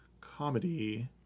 comedy